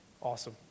Awesome